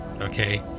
Okay